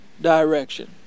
direction